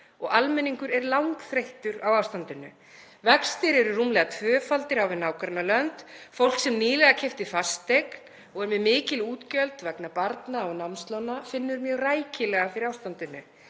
og almenningur er langþreyttur á ástandinu. Vextir eru rúmlega tvöfaldir á við nágrannalönd. Fólk sem nýlega keypti fasteign og er með mikil útgjöld vegna barna og námslána finnur mjög rækilega fyrir ástandinu.